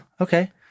Okay